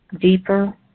deeper